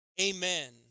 Amen